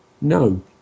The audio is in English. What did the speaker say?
No